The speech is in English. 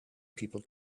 people